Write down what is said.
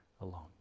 alone